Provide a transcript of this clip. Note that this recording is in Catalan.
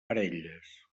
parelles